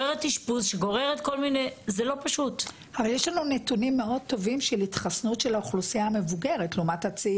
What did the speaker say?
60 מיליון שקל בשביל לכסות את האוכלוסייה מ-65 ומעלה.